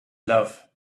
love